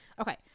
Okay